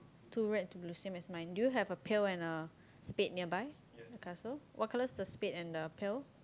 two red two blue same as mine do you have a pail and a spade nearby the castle what colours the spade and the pail